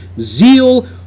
zeal